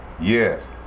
yes